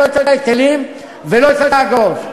לא את ההיטלים ולא את האגרות.